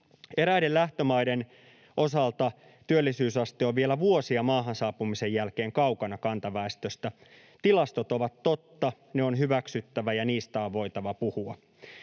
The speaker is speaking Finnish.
Eräiden lähtömaiden osalta työllisyysaste on vielä vuosia maahan saapumisen jälkeen kaukana kantaväestöstä. Tilastot ovat totta. Ne on hyväksyttävä, ja niistä on voitava puhua.